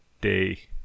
day